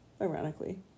ironically